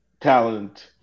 talent